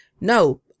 no